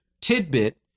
tidbit